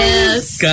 Yes